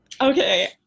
okay